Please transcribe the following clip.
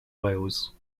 wales